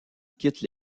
quitte